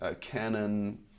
Canon